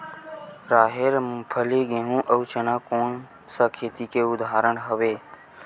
राहेर, मूंगफली, गेहूं, अउ चना कोन सा खेती के उदाहरण आवे?